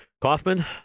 Kaufman